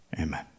Amen